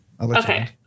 Okay